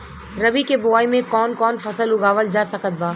रबी के बोआई मे कौन कौन फसल उगावल जा सकत बा?